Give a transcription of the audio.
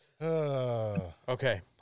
Okay